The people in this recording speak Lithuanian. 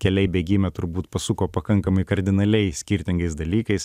keliai bėgime turbūt pasuko pakankamai kardinaliai skirtingais dalykais